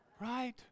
right